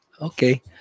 Okay